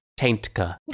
taintka